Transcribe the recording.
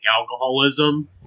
alcoholism